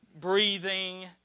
breathing